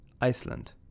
Iceland